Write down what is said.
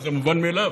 וזה מובן מאליו,